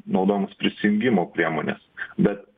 naudojamas prisijungimo priemones bet